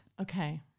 Okay